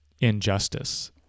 injustice